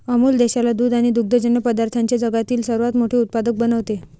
अमूल देशाला दूध आणि दुग्धजन्य पदार्थांचे जगातील सर्वात मोठे उत्पादक बनवते